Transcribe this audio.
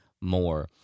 more